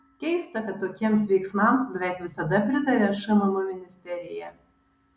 keista kad tokiems veiksmams beveik visada pritaria šmm ministerija